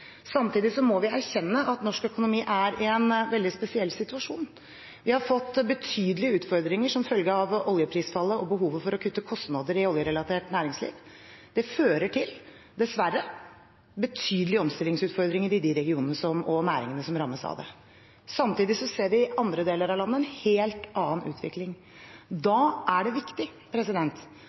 Samtidig må vi erkjenne at norsk økonomi er i en veldig spesiell situasjon. Vi har fått betydelige utfordringer som følge av oljeprisfallet og behovet for å kutte kostnader i oljerelatert næringsliv. Det fører til – dessverre – betydelige omstillingsutfordringer i de regionene og næringene som rammes av det. Samtidig ser vi i andre deler av landet en helt annen utvikling. Da er det viktig